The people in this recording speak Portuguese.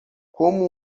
como